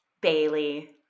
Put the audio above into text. bailey